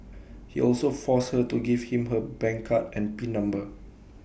he also forced her to give him her bank card and pin number